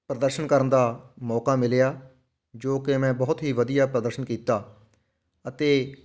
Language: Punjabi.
ਪ੍ਰਦਰਸ਼ਨ ਕਰਨ ਦਾ ਮੌਕਾ ਮਿਲਿਆ ਜੋ ਕਿ ਮੈਂ ਬਹੁਤ ਹੀ ਵਧੀਆ ਪ੍ਰਦਰਸ਼ਨ ਕੀਤਾ ਅਤੇ